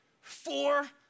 four